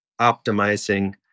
optimizing